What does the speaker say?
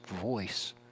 voice